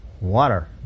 water